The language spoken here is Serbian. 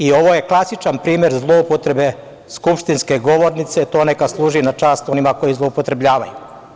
I ovo je klasičan primer zloupotrebe skupštinske govornice i to neka služi na čast onima koji zloupotrebljavaju.